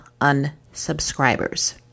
unsubscribers